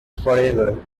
forever